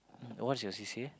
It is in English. what's your C_C_A